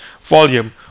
volume